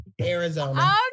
Arizona